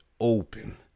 open